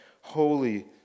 holy